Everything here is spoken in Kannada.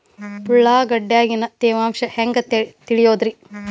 ಉಳ್ಳಾಗಡ್ಯಾಗಿನ ತೇವಾಂಶ ಹ್ಯಾಂಗ್ ತಿಳಿಯೋದ್ರೇ?